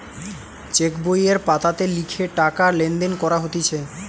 check বইয়ের পাতাতে লিখে টাকা লেনদেন করা হতিছে